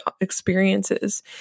experiences